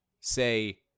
say